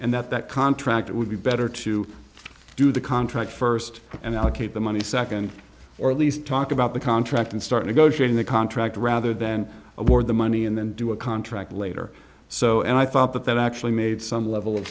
and that that contract would be better to do the contract first and allocate the money second or at least talk about the contract and start negotiating the contract rather then award the money and then do a contract later so and i thought that that actually made some level of